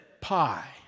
pie